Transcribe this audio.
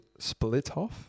Splitoff